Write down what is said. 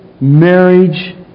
marriage